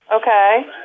Okay